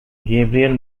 gabriel